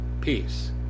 peace